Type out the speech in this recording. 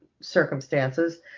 circumstances